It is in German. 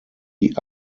die